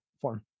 form